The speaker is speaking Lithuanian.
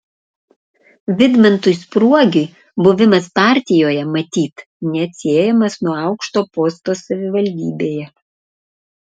vidmantui spruogiui buvimas partijoje matyt neatsiejamas nuo aukšto posto savivaldybėje